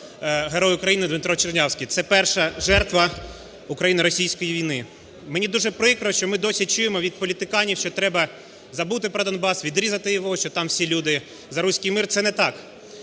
Герой України Дмитро Чернявський – це перша жертва україно-російської війни. Мені дуже прикро, коли ми досі чуємо від політиканів, що треба забути про Донбас, відрізати його, що там всі люди за "руський мир" – це не так.